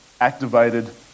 activated